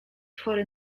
chory